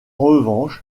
revanche